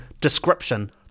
description